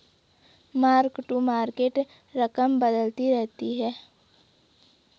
mark to market रकम बदलती रहती है